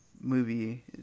movie